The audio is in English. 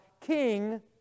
King